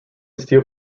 steel